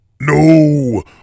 no